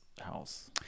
house